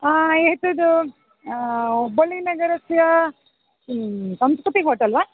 हा एतद् हुब्बळ्ळिनगरस्य किं संस्कृति होटेल् वा